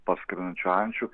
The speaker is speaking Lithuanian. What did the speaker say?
parskrendančių ančių